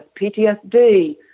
PTSD